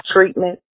treatment